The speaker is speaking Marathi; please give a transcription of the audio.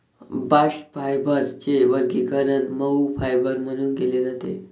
बास्ट फायबरचे वर्गीकरण मऊ फायबर म्हणून केले जाते